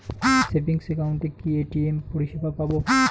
Savings একাউন্টে কি ATM পরিসেবা পাব?